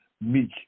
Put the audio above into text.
meek